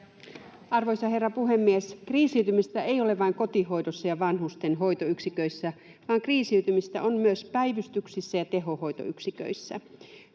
Arvoisa herra puhemies! Kriisiytymistä ei ole vain kotihoidossa ja vanhustenhoitoyksiköissä, vaan kriisiytymistä on myös päivystyksissä ja tehohoitoyksiköissä.